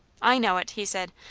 i know it, he said.